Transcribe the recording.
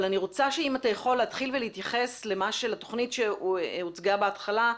אבל אני רוצה אם תוכל להתחיל בלהתייחס לתכנית שהוצגה בהתחלה,